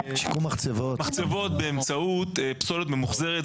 שיקום מחצבות באמצעות פסולת ממוחזרת,